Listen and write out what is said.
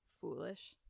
foolish